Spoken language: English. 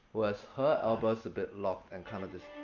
whereas her elbow's a bit locked and kind of just.